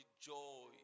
joy